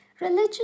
religion